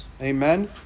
Amen